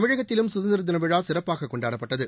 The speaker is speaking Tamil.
தமிழகத்திலும் சுதந்திரதின விழா சிறப்பாக கொண்டாடப்பட்டது